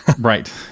Right